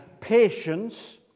patience